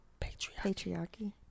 Patriarchy